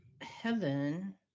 heaven